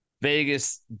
Vegas